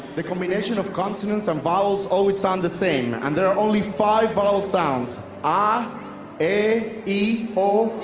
the combination of consonants and vowels always sound the same, and there are only five vowel sounds ah a, e,